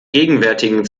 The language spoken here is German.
gegenwärtigen